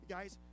guys